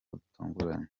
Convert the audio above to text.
butunguranye